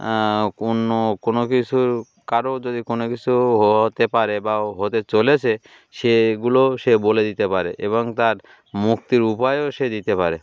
অন্য কোনো কিছুর কারও যদি কোনো কিছু হতে পারে বা হতে চলেছে সেগুলোও সে বলে দিতে পারে এবং তার মুক্তির উপায়ও সে দিতে পারে